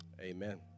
Amen